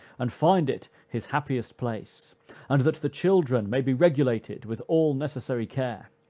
and find it his happiest place and that the children may be regulated with all necessary care.